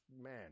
man